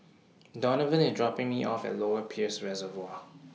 Donavan IS dropping Me off At Lower Peirce Reservoir